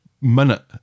minute